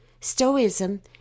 Stoicism